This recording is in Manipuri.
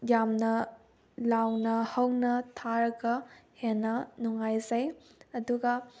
ꯌꯥꯝꯅ ꯂꯥꯎꯅ ꯍꯧꯅ ꯊꯥꯔꯒ ꯍꯦꯟꯅ ꯅꯨꯡꯉꯥꯏꯖꯩ ꯑꯗꯨꯒ